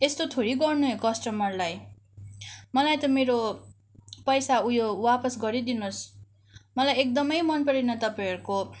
यस्तो थोडी गर्ने हो कस्टमरलाई मलाई त मेरो पैसा ऊ यो वापस गरिदिनोस् मलाई एकदमै मन परेन तपाईँहरूको